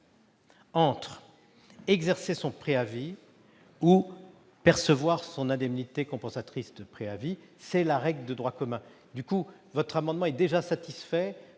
entre exercer son préavis et percevoir son indemnité compensatrice de préavis. La règle de droit commun s'appliquera. Du coup, l'amendement est déjà satisfait